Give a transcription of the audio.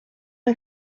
una